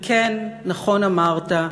וכן, נכון אמרת: